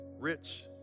rich